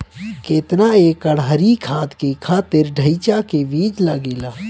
केतना एक एकड़ हरी खाद के खातिर ढैचा के बीज लागेला?